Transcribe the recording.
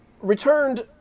Returned